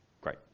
Great